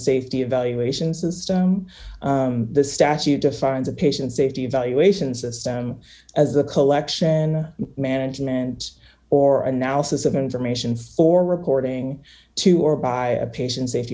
safety evaluation system the statute defines a patient safety evaluation system as a collection management or analysis of information for reporting to or by a patient safety